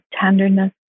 tenderness